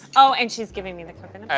ah and she is giving me like